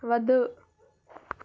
వద్దు